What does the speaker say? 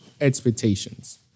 expectations